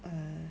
or